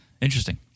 Interesting